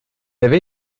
avait